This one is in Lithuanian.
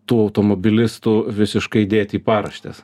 tų automobilistų visiškai dėti į paraštes